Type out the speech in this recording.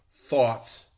thoughts